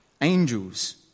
angels